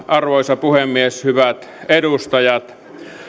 arvoisa puhemies hyvät edustajat